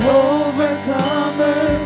overcomer